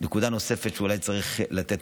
נקודה נוספת שאולי צריך לתת,